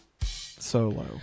solo